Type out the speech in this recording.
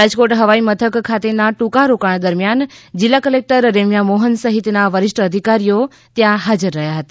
રાજકોટ હવાઈ મથક ખાતેના ટ્રંકા રોકાણ દરમ્યાન જિલ્લા કલેક્ટર રેમયા મોહન સહિતના વરીષ્ઠ અધિકારીઓ ત્યાં હાજર રહ્યા હતા